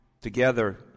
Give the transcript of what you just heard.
together